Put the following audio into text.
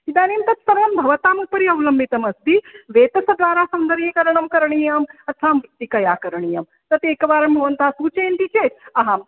इदानीं तत् सर्वं भवतामुपरि अवलम्बितमस्ति वेतसद्वारा सौन्दरीकरणं करणीयम् अथवा मृत्तिकया करणीयं तत् एकवारं भवन्त सूचयन्ति चेत् अहं